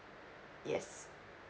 yes